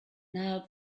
now